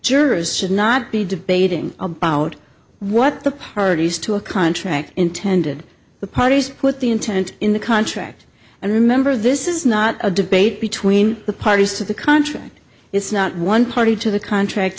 jurors should not be debating about what the parties to a contract intended the parties put the intent in the contract and remember this is not a debate between the parties to the contract it's not one party to the contract